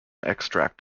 extract